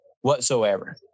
whatsoever